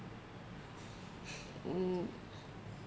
mm